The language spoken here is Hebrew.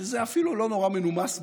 וזה אפילו לא נורא מנומס בעיניי.